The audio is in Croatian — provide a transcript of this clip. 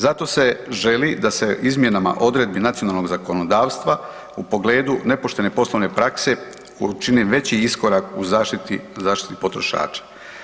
Zato se želi da se izmjenama odredbi nacionalnog zakonodavstva u pogledu nepoštene poslovne prakse učini veći iskorak u zaštiti, zaštiti potrošača.